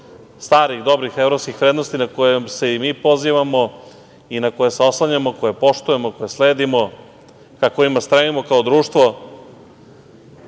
starih dobrih evropskih vrednosti na koje se i mi pozivamo i na koje se oslanjamo, koje poštujemo, koje sledimo, na kojima stojimo kao društvo